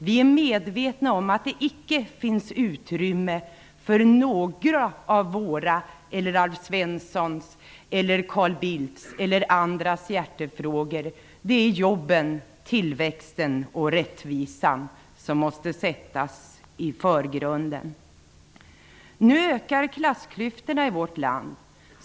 Vi är medvetna om att det icke finns utrymme för några av våra, Alf Svenssons, Carl Bildts eller andras hjärtefrågor. Det är jobben, tillväxten och rättvisan som måste sättas i förgrunden. Nu ökar klassklyftorna i vårt land.